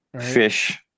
Fish